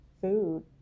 food